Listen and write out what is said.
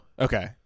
Okay